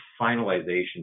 finalization